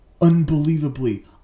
unbelievably